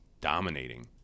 dominating